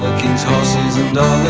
king's horses and